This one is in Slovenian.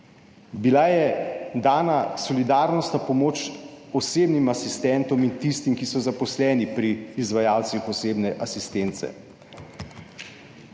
Bila je dana solidarnostna pomoč osebnim asistentom in tistim, ki so zaposleni pri izvajalcih osebne asistence.